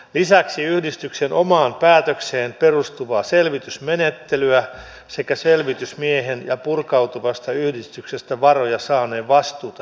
lisäksi yhdistyksen omaan päätökseen perustuvaa selvitysmenettelyä sekä selvitysmiehen ja purkautuvasta yhdistyksestä varoja saaneen vastuuta selvennettäisiin